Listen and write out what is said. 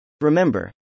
Remember